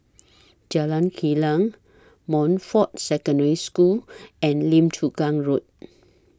Jalan Kilang Montfort Secondary School and Lim Chu Kang Road